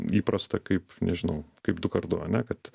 įprasta kaip nežinau kaip du kart du ane kad